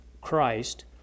Christ